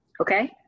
okay